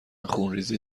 خونریزی